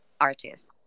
artist